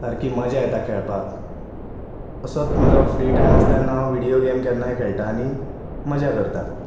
सारकी मजा येता खेळपाक असोच म्हजो फ्रि टायम आसा तेन्ना हांव व्हिडीयो गेम केन्नाय खेळटा आनी मजा करता